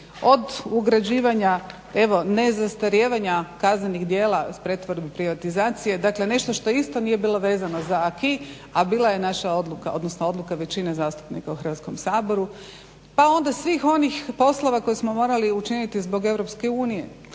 Od ugrađivanja evo nezastrjevanja kaznenih djela iz pretvorbe i privatizacije dakle nešto što isto nije bilo vezano za acquise a bila je naša odluka odnosno većine zastupnika u Hrvatskom saboru, pa onda svih poslova koje smo morali učiniti zbog EU.